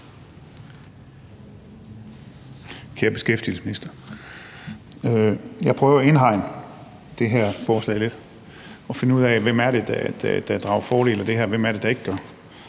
Kære beskæftigelsesminister. Jeg prøver at indhegne det her forslag lidt og finde ud af, hvem det er, der drager fordel af det her, og hvem det er, der ikke gør.